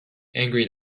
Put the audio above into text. angry